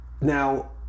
Now